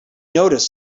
noticed